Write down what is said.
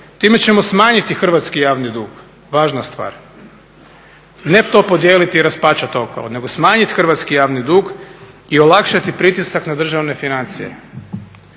Time ćemo smanjiti hrvatski javni dug, važna stvar. Ne to podijelit i raspačat okolo nego smanjit hrvatski javni dug i olakšati pritisak na državne financije.